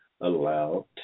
allowed